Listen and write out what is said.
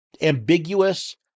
ambiguous